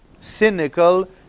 cynical